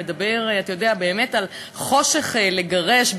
מדבר באמת על חושך לגרש,